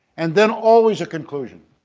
and then always a conclusion.